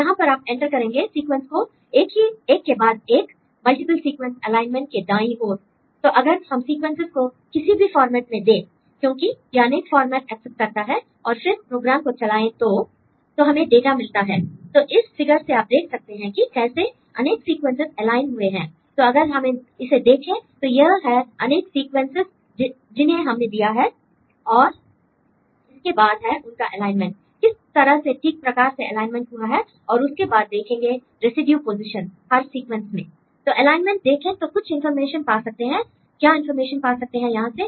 तो यहां पर आप एंटर करेंगे सीक्वेंस को एक के बाद एक मल्टीप्ल सीक्वेंस एलाइनमेंट के दाईं ओर l तो अगर हम सीक्वेंसेस को किसी भी फॉर्मेट में दें क्योंकि यह अनेक फॉर्मेट एक्सेप्ट करता है और फिर प्रोग्राम को चलाएं तो तो हमें डाटा मिलता है l तो इस फिगर से आप देख सकते हैं कि कैसे अनेक सीक्वेंसेस एलाइन हुए हैं l तो अगर इसे देखें तो यह है अनेक सीक्वेंस सीक्वेंस जिन्हें हमने दिया है और इसके बाद है उनका एलाइनमेंट किस तरह से ठीक प्रकार से एलाइनमेंट हुआ है और उसके बाद देखेंगे रेसिड्यू पोजीशन हर सीक्वेंस में l तो एलाइनमेंट देखें तो कुछ इंफॉर्मेशन पा सकते हैं l क्या इंफॉर्मेशन पा सकते हैं यहां से